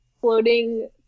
floating